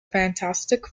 fantastic